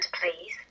please